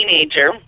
teenager